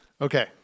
Okay